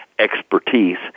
expertise